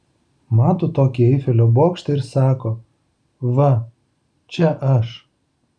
mato tokį eifelio bokštą ir sako va čia aš